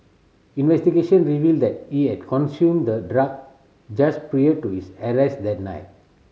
investigation revealed that he had consumed the drug just prior to his arrest that night